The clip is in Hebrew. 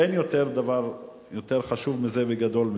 אין דבר יותר חשוב מזה וגדול מזה.